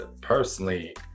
personally